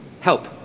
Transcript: HELP